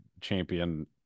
champion